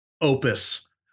opus